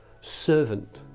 servant